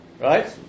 right